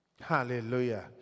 Hallelujah